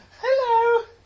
Hello